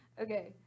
Okay